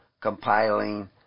compiling